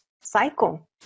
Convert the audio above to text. cycle